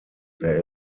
there